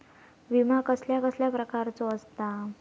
विमा कसल्या कसल्या प्रकारचो असता?